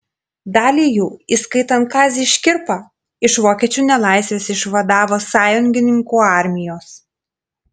dalį jų įskaitant kazį škirpą iš vokiečių nelaisvės išvadavo sąjungininkų armijos